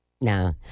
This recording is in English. No